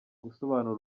gusobanura